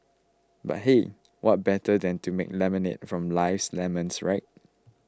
but hey what better than to make lemonade from life's lemons right